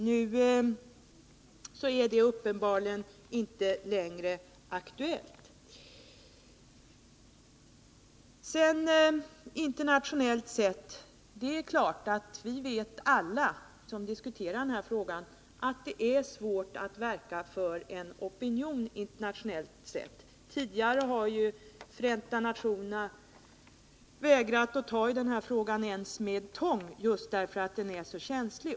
Men nu är det uppenbarligen inte aktuellt längre. Sedan den internationella bilden. Alla som diskuterar denna fråga vet ju att det är svårt att verka för en internationell opinion. Tidigare har ju Förenta nationerna vägrat att ta i frågan ens med tång just därför att den är så känslig.